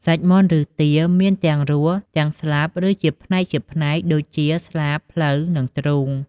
សាច់មាន់ឬទា មានទាំងរស់ ទាំងស្លាប់ ឬជាផ្នែកៗដូចជា ស្លាប ភ្លៅ និងទ្រូង។